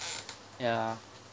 ya